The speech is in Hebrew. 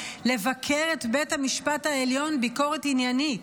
לבקר את בית המשפט העליון ביקורת עניינית.